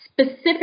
Specific